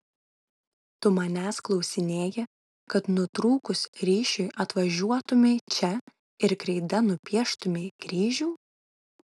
tu manęs klausinėji kad nutrūkus ryšiui atvažiuotumei čia ir kreida nupieštumei kryžių